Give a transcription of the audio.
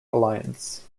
alliance